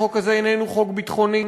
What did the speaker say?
החוק הזה איננו חוק ביטחוני,